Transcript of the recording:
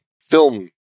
film